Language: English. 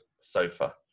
sofa